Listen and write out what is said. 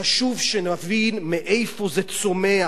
חשוב שנבין מאיפה זה צומח,